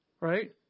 right